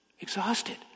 Exhausted